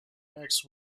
next